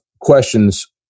questions